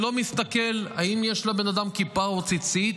שלא מסתכל אם יש לבן אדם כיפה או ציצית,